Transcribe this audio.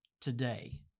today